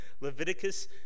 Leviticus